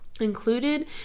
Included